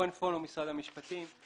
משרד המשפטים.